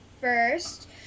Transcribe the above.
first